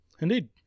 Indeed